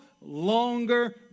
longer